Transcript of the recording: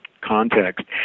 context